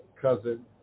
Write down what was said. cousin